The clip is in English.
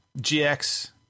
GX